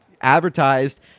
advertised